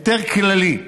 היתר כללי,